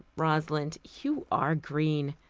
rosalind, you are green.